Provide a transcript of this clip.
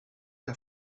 der